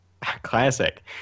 classic